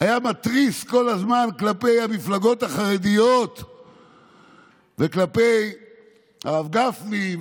היה מתריס כל הזמן כלפי המפלגות החרדיות וכלפי הרב גפני,